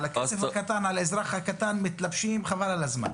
על התקציב הקטן ועל האזרח הקטן "מתלבשים חבל על הזמן".